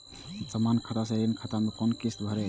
समान खाता से ऋण खाता मैं कोना किस्त भैर?